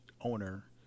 owner